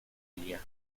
ella